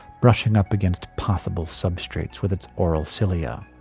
brushing up against possible substrates with its oral cilia.